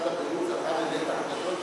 משרד הבריאות זכה לנתח גדול של